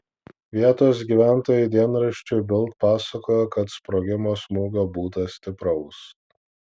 vietos gyventojai dienraščiui bild pasakojo kad sprogimo smūgio būta stipraus